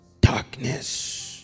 Darkness